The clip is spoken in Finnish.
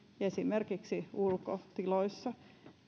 esimerkiksi ulkotiloissa